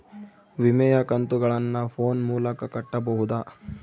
ವಿಮೆಯ ಕಂತುಗಳನ್ನ ಫೋನ್ ಮೂಲಕ ಕಟ್ಟಬಹುದಾ?